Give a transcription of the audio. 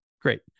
Great